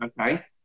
okay